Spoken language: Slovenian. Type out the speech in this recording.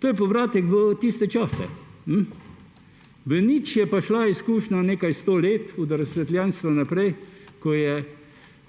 To je povratek v tiste čase. V nič je pa šla izkušnja nekaj sto let od razsvetljenstva naprej, ko je